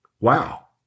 Wow